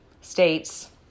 states